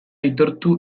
aitortu